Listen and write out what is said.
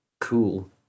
cool